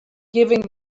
giving